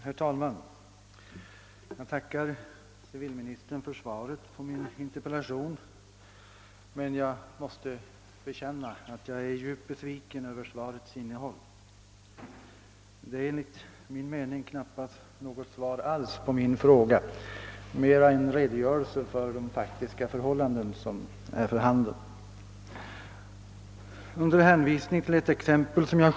Herr talman! Jag tackar civilministern för svaret på min interpellation, men jag måste bekänna att jag är djupt besviken över innehållet i svaret. Enligt min mening är det knappast något svar alls på min fråga utan mera en redogörelse för de faktiska förhållanden som är för handen.